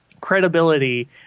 Credibility